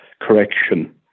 correction